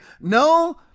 No